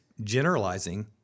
generalizing